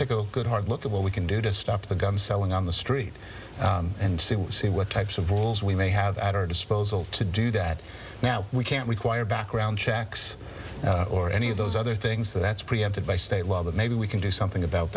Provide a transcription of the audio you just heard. take a good hard look at what we can do to stop the gun selling on the street and see what types of rules we may have at our disposal to do that now we can't require background checks or any of those other things that's preempted by state law but maybe we can do something about